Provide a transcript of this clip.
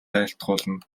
айлтгуулна